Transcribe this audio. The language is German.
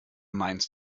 meinst